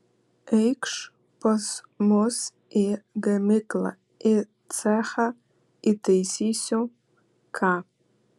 eikš pas mus į gamyklą į cechą įtaisysiu ką